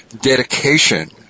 dedication